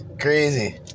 crazy